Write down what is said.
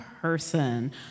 Person